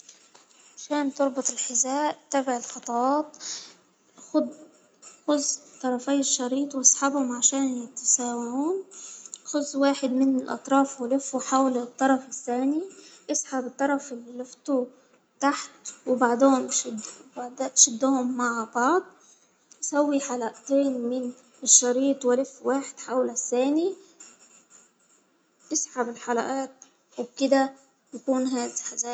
عشان تربط الحزاء تابع الخطوات خد-خذ طرفي الشريط وإسحبهم عشان يتساوون خذ واحد من الأطراف ولفوا حول الطرف التاني إسحب الطرف اللي فوق تحت بعدين نشدهم مع بعض عشان تسوي حلقتين من الشريط ولف واحد حول التاني. اسحب الحلقات وبكده تكون.